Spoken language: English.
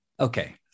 Okay